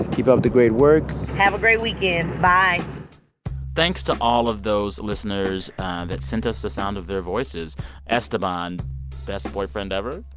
and keep up the great work have a great weekend. bye thanks to all of those listeners that sent us the sound of their voices esteban best boyfriend ever